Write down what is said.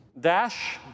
dash